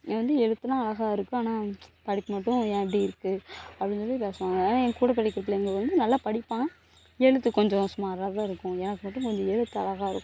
எனக்கு வந்து எழுத்தெலாம் அழகா இருக்கும் ஆனால் படிப்பு மட்டும் ஏன் இப்படி இருக்குது அப்படி சொல்லி பேசுவாங்க ஆனால் என்கூட படிக்கிற பிள்ளைங்க வந்து நல்லா படிப்பான் எழுத்து கொஞ்சம் சுமாராகதான் இருக்கும் எனக்கு மட்டும் கொஞ்சம் எழுத்து அழகா இருக்கும்